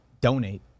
donate